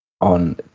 on